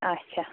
اَچھا